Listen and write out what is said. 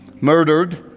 murdered